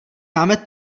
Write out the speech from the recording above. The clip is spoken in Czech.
máme